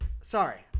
sorry